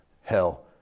hell